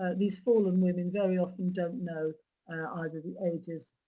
ah these fallen women very often don't know either the ages,